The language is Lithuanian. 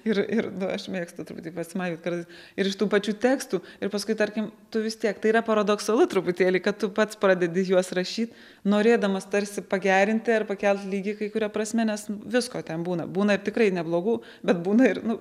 ir ir aš mėgstu truputį pasimaivyt kartais ir iš tų pačių tekstų ir paskui tarkim tu vis tiek tai yra paradoksalu truputėlį kad tu pats pradedi juos rašyt norėdamas tarsi pagerinti ar pakelt lygį kai kuria prasme nes visko ten būna būna tikrai neblogų bet būna ir nu